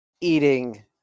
eating